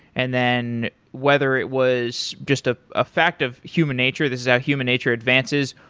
and then whether it was just a ah fact of human nature, this is how human nature advances,